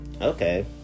okay